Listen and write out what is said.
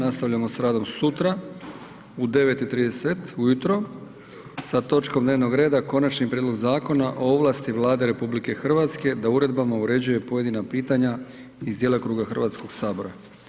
Nastavljamo s radom sutra, u 9,30 ujutro sa točkom dnevnog reda Konačni prijedlog Zakona o ovlasti Vlade RH da uredbama uređuje pojedina pitanja iz djelokruga Hrvatskoga sabora.